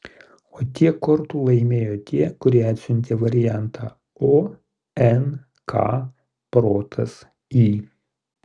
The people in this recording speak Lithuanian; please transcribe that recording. o tiek kortų laimėjo tie kurie atsiuntė variantą o n k protas i